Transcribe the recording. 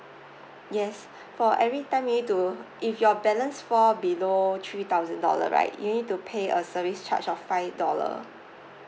yes for every time you need to if your balance fall below three thousand dollar right you need to pay a service charge of five dollar